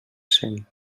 cent